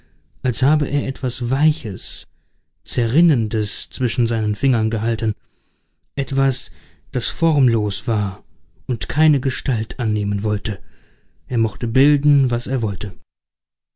als habe er etwas weiches zerrinnendes zwischen seinen fingern gehalten etwas das formlos war und keine gestalt annehmen wollte er mochte bilden wie er wollte